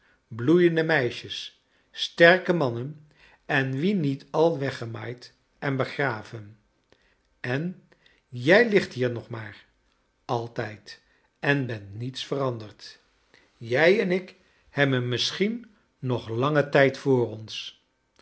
bloeiende meisjes sterke mannen en wie niet al weggemaaid en begraven en jrj ligt hier nog maar altijd en bent niets veranderd jij en ik hebben misschien nog een langen tijd voor ons